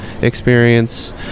Experience